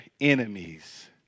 enemies